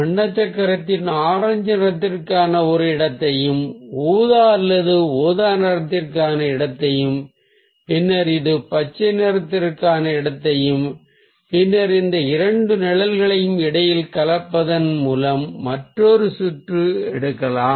வண்ண சக்கரத்தில் ஆரஞ்சு நிறத்திற்கான ஒரு இடத்தையும் ஊதா அல்லது ஊதா நிறத்திற்கான இடத்தையும் பின்னர் இது பச்சை நிறத்திற்கான இடத்தையும் பின்னர் இந்த இரண்டு நிழல்களையும் இடையில் கலப்பதன் மூலம் மற்றொரு நிறத்தையும் எடுக்கலாம்